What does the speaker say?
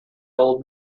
old